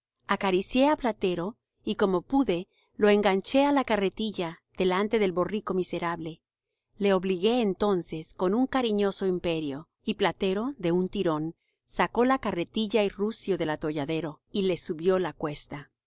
á platero y como pude lo enganché á la carretilla delante del borrico miserable le obligué entonces con un cariñoso imperio y platero de un tirón sacó carretilla y rucio del atolladero y les subió la cuesta qué